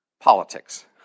politics